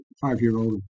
five-year-old